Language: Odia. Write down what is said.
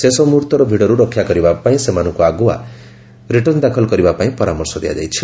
ଶେଷ ମୁହୂର୍ତ୍ତର ଭିଡ଼ରୁ ରକ୍ଷା କରିବା ପାଇଁ ସେମାନଙ୍କୁ ଆଗୁଆ ରିଟର୍ଣ୍ଣ ଦାଖଲ କରିବା ପାଇଁ ପରାମର୍ଶ ଦିଆଯାଇଛି